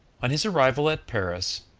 on his arrival at paris,